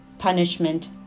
Punishment